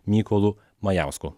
mykolu majausku